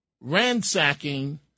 ransacking